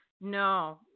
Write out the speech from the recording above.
No